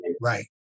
Right